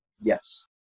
Yes